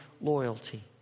loyalty